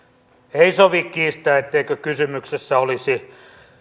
ei sovi kiistää etteikö kysymyksessä olisi